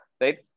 right